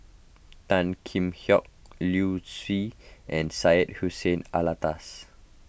Tan Kheam Hock Liu Si and Syed Hussein Alatas